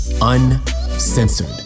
uncensored